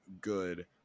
good